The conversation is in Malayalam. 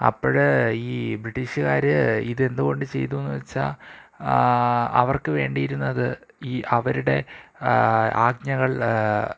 അപ്പോള് ഈ ബ്രിട്ടീഷുകാര് ഇതെന്തുകൊണ്ട് ചെയ്തൂ എന്നുവച്ചാല് അവർക്ക് വേണ്ടിയിരുന്നത് ഈ അവരുടെ ആജ്ഞകൾ